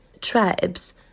tribes